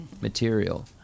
material